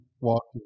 walking